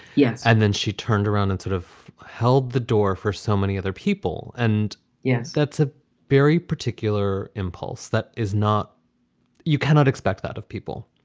yes. and then she turned around and sort of held the door for so many other people. and yes, that's a very particular impulse. that is not you cannot expect that of people,